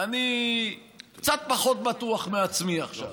אני קצת פחות בטוח בעצמי עכשיו.